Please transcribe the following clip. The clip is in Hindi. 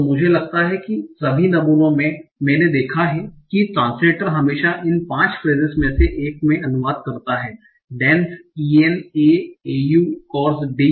तो मुझे लगता है कि सभी नमूनों में मैंने देखा है कि ट्रांस्लेटर हमेशा इन 5 फ़्रेजेस में से एक में अनुवाद करता है dans en a au cours de pendant